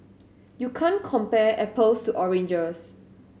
you can't compare apples oranges